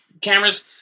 cameras